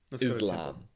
Islam